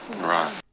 Right